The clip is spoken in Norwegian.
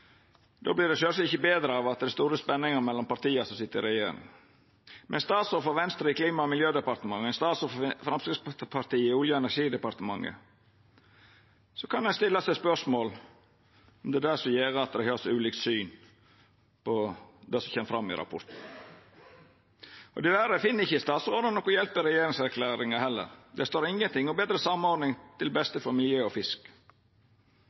Då vert det sjølvsagt ikkje betre av at det er store spenningar mellom partia som sit i regjering. Med ein statsråd frå Venstre i Klima- og miljødepartementet og ein statsråd frå Framstegspartiet i Olje- og energidepartementet kan ein stilla seg spørsmålet om det er det som gjer at dei har så ulikt syn på det som kjem fram i rapporten. Diverre finn ikkje statsrådane noka hjelp i regjeringserklæringa heller. Det står ingenting om betre samordning til